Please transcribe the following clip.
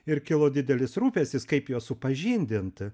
ir kilo didelis rūpestis kaip juos supažindint